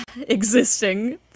existing